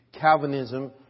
Calvinism